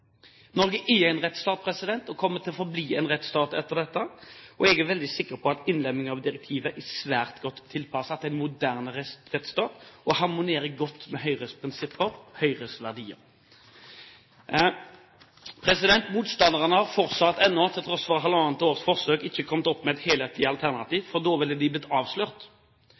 Norge er en rettsstat og kommer til å forbli en rettsstat etter dette, og jeg er veldig sikker på at en innlemming av direktivet er svært godt tilpasset en moderne rettsstat og harmonerer godt med Høyres prinsipper, Høyres verdier. Motstanderne har fortsatt, til tross for halvannet års forsøk, ikke kommet opp med et helhetlig alternativ, for da ville de ha blitt avslørt.